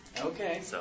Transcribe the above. Okay